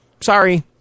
Sorry